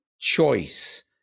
choice